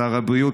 שר הבריאות,